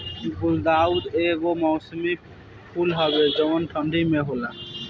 गुलदाउदी एगो मौसमी फूल हवे जवन की ठंडा में होला